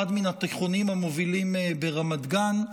אחד מן התיכונים המובילים ברמת גן,